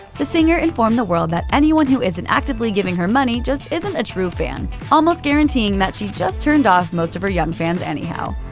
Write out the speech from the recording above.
the singer informed the world that anyone who isn't actively giving her money just isn't a true fan, almost guaranteeing that she just turned off most of her young fans anyhow.